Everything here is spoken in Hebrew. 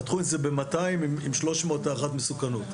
חתכו את זה ב-200 עם 300 הערכת מסוכנות.